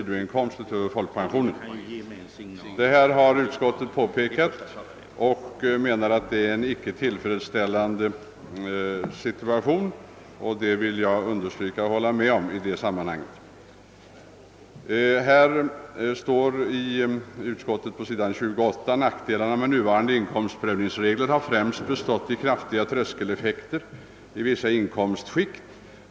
Detta har påtalats av utskottet som menar att förhållandet icke är tillfredsställande, vilket också jag vill understryka. »Nackdelarna med nuvarande inkomstprövningsregler har främst bestått i kraftiga tröskeleffekter i vissa inkomstskikt.